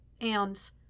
And—